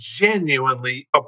genuinely